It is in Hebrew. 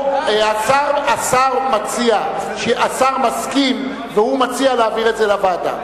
השר מסכים, והוא מציע להעביר את זה לוועדה.